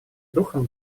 духом